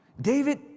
David